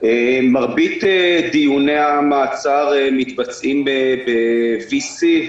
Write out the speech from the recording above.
מרבית דיוני המעצר מתבצעים ב-וי-סי,